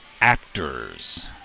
actors